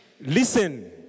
Listen